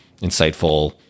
insightful